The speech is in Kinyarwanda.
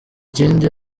ikindi